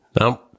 No